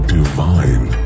divine